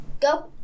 Go